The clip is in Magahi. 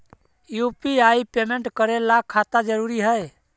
यु.पी.आई पेमेंट करे ला खाता जरूरी है?